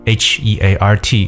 heart